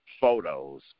photos